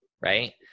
right